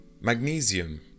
Magnesium